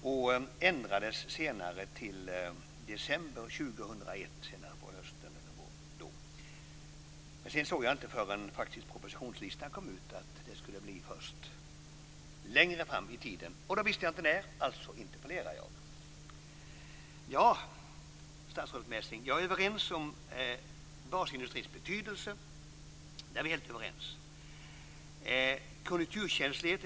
Det ändrades senare till december 2001. Sedan såg jag inte förrän propositionslistan kom att den skulle komma först längre fram i tiden. Och då visste jag inte när. Alltså interpellerade jag. Jag är överens med statsrådet Messing om basindustrins betydelse. Vi är också överens om konjunkturkänsligheten.